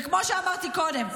וכמו שאמרתי קודם,